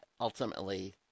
ultimately